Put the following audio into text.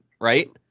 Right